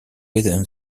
within